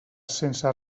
sense